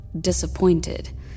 disappointed